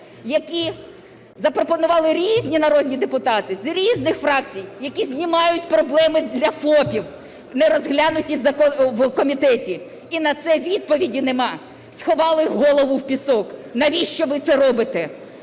які запропонували різні народні депутати з різних фракцій, які знімають проблеми для ФОПів, не розглянуті в комітеті. І на це відповіді немає. Сховали голову в пісок. Навіщо ви це робите?